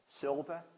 silver